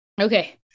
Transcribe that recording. Okay